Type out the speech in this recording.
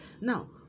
Now